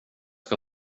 ska